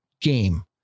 game